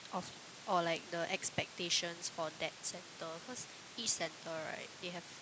of or like the expectations for that centre cause each centre right they have